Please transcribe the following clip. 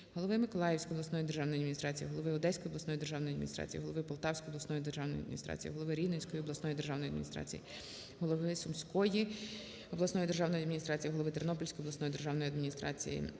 голови Миколаївської обласної державної адміністрації, голови Одеської обласної державної адміністрації, голови Полтавської обласної державної адміністрації, голови Рівненської обласної державної адміністрації, голови Сумської обласної державної адміністрації, голови Тернопільської обласної державної адміністрації,